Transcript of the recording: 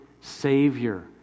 Savior